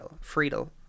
Friedel